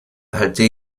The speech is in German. halte